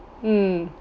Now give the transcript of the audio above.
mm